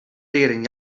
leren